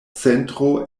centro